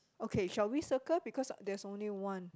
okay shall we circle because there's only one